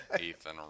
Ethan